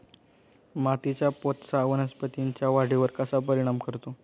मातीच्या पोतचा वनस्पतींच्या वाढीवर कसा परिणाम करतो?